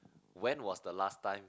when was the last time